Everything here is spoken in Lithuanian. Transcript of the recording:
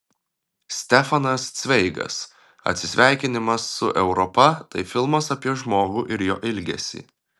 stefanas cveigas atsisveikinimas su europa tai filmas apie žmogų ir jo ilgesį